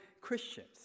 Christians